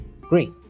Great